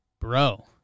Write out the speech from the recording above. Bro